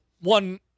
one